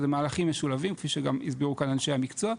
אלו מהלכים משולבים כפי שגם הזכירו כאן אנשי המקצוע,